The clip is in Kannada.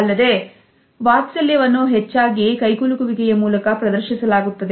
ಅಲ್ಲದೇ ವತ್ಸಲ್ಯವನ್ನು ಹೆಚ್ಚಾಗಿ ಕೈಕುಲುಕುವಿಕೆಯ ಮೂಲಕ ಪ್ರದರ್ಶಿಸಲಾಗುತ್ತದೆ